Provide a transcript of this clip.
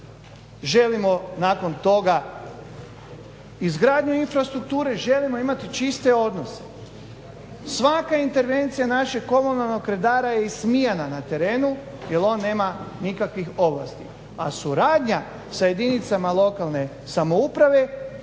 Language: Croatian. želimo nakon toga izgradnju infrastrukture želimo imati čiste odnose. Svaka intervencija našeg komunalnog redara je ismijana na terenu jel on nema nikakvih ovlasti, a suradnja sa jedinicama lokalne samouprave